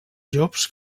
llops